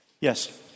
Yes